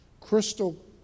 crystal